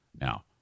Now